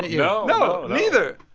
you know no, no. neither.